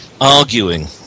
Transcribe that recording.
arguing